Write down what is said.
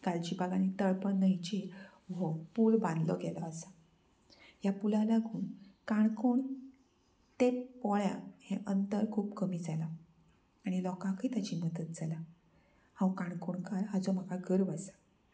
गालजीबाग आनी तळपन न्हंयचे व्ह पूल बांदलो गेलो आसा ह्या पुला लागून काणकोण ते पोळ्या हें अंतर खूब कमी जालां आनी लोकांकय ताजी मदत जाला हांव काणकोणकार हाजो म्हाका गर्व आसां